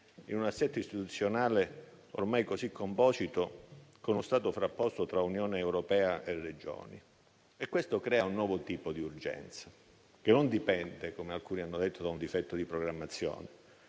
in un assetto istituzionale ormai molto composito, con uno Stato frapposto tra Unione europea e Regioni. Tutto questo crea un nuovo tipo di urgenza, che non dipende, come alcuni hanno detto, da un difetto di programmazione,